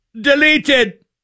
deleted